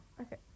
Okay